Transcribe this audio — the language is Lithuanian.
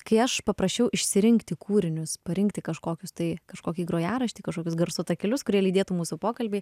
kai aš paprašiau išsirinkti kūrinius parinkti kažkokius tai kažkokį grojaraštį kažkokius garso takelius kurie lydėtų mūsų pokalbį